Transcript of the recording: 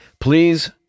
Please